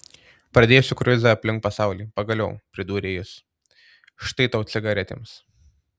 pradėsiu kruizą aplink pasaulį pagaliau pridūrė jis štai tau cigaretėms